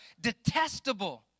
detestable